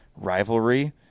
rivalry